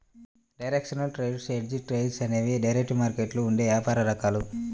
directional trades, hedged trades అనేవి derivative మార్కెట్లో ఉండే వ్యాపార రకాలు